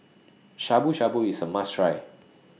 Shabu Shabu IS A must Try